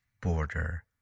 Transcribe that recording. border